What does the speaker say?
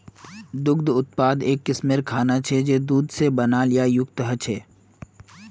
दुग्ध उत्पाद एक किस्मेर खाना छे जये दूध से बनाल या युक्त ह छे